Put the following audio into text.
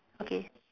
okay